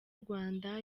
rwanda